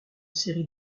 série